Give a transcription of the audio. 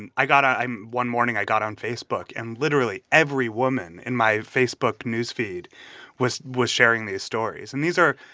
and i got on one morning, i got on facebook. and literally every woman in my facebook news feed was was sharing these stories. and these are,